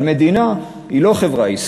אבל מדינה היא לא חברה עסקית.